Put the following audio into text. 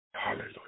Hallelujah